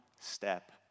step